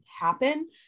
happen